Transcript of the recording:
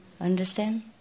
understand